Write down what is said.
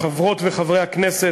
חברות וחברי הכנסת,